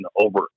over